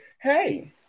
Hey